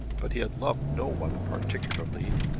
but he had loved no one particularly,